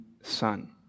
son